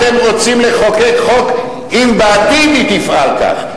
אתם רוצים לחוקק חוק אם בעתיד היא תפעל כך.